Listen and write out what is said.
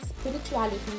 spirituality